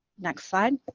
next slide.